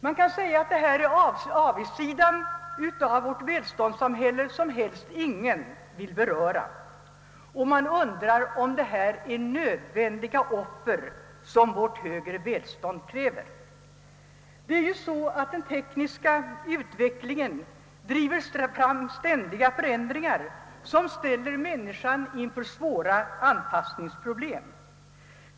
Man kan säga att detta är den avigsida av vårt välståndssamhälle som helst ingen vill beröra. Man undrar om detta är nödvändiga offer för vårt stora välstånd. Det är ju så att den tekniska utvecklingen driver fram ständiga förändringar, som ställer människan inför svåra anpassningsproblem.